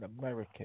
American